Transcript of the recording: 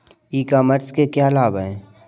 ई commerce के क्या क्या लाभ हैं?